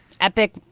epic